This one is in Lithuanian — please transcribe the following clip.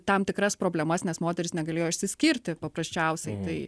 tam tikras problemas nes moteris negalėjo išsiskirti paprasčiausiai tai